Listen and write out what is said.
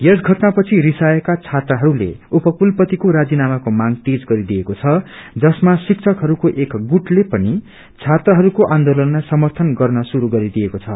यस घटनापछि रिसाएका छात्रहरूले उपकुलपतिको राजीनामाको मांग तेज गरिदिएको छ जसमा श्क्षकहरूको एक गुटले पनि छज्ञत्रहरूकोआन्दोलनलाई समाीन गर्न शुरू गरिदिएको छ